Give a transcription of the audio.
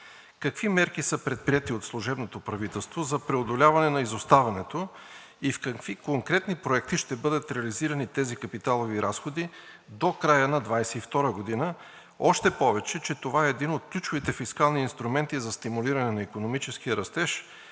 Какви мерки са предприети от служебното правителство за преодоляване на изоставането и в какви конкретни проекти ще бъдат реализирани тези капиталови разходи до края на 2022 г., още повече че това е един от ключовите фискални инструменти за стимулиране на икономическия растеж